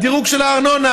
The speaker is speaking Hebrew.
הדירוג של הארנונה.